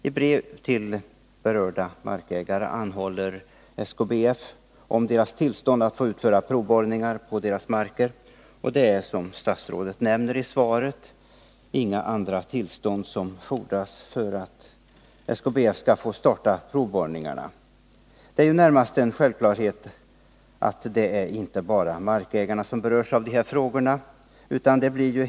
I brev till berörda markägare anhåller SKBF om deras tillstånd att få utföra provborrningar på deras marker. Som statsrådet nämner i svaret fordras inga andra tillstånd än markägarnas för att SKBF skall få starta provborrningar. Men det är närmast en självklarhet att inte bara markägarna berörs av dessa frågor.